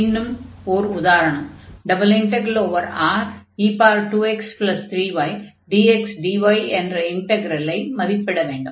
இன்னும் ஒர் உதாரணம் Re2x3ydxdy என்ற இன்டக்ரலை மதிப்பிட வேண்டும்